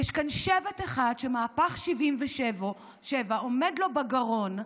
יש כאן שבט אחד שמהפך 77' עומד לו בגרון,